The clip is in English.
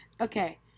Okay